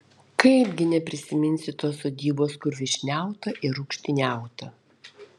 kaipgi neprisiminsi tos sodybos kur vyšniauta rūgštyniauta